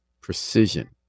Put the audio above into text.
precision